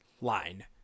line